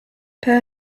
per